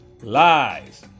Lies